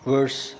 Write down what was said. Verse